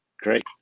Great